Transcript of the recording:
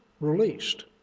released